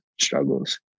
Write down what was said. struggles